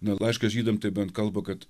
na laiškas žydam tai bent kalba kad